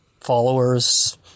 followers